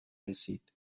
رسید